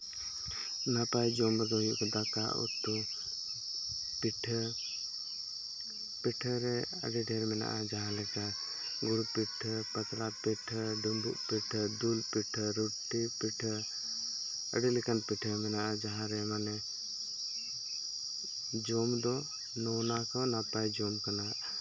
ᱱᱟᱯᱟᱭ ᱡᱚᱢ ᱫᱚ ᱦᱩᱭᱩᱜ ᱠᱟᱱᱟ ᱫᱟᱠᱟ ᱩᱛᱩ ᱯᱤᱴᱷᱟᱹ ᱯᱤᱴᱷᱟᱹ ᱨᱮ ᱟᱹᱰᱤ ᱰᱷᱮᱨ ᱢᱮᱱᱟᱜᱼᱟ ᱡᱟᱦᱟᱸ ᱞᱮᱠᱟ ᱜᱩᱲ ᱯᱤᱴᱷᱟᱹ ᱯᱟᱛᱲᱟ ᱯᱤᱴᱷᱟᱹ ᱰᱩᱢᱵᱩᱜ ᱯᱤᱴᱷᱟᱹ ᱫᱩᱞ ᱯᱤᱴᱷᱟᱹ ᱨᱩᱴᱤ ᱯᱤᱴᱷᱟᱹ ᱟᱹᱰᱤ ᱞᱮᱠᱟᱱ ᱯᱤᱴᱷᱟᱹ ᱢᱮᱱᱟᱜᱼᱟ ᱡᱟᱦᱟᱸᱨᱮ ᱢᱟᱱᱮ ᱡᱚᱢ ᱫᱚ ᱱᱚᱣᱟ ᱠᱚ ᱱᱟᱯᱟᱭ ᱡᱚᱢ ᱠᱟᱱᱟ